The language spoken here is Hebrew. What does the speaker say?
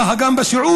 ככה גם בסיעוד,